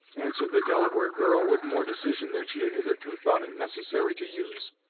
answered the delaware girl, with more decision than she had hitherto thought it necessary to use.